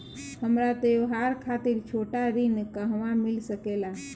हमरा त्योहार खातिर छोटा ऋण कहवा मिल सकेला?